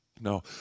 No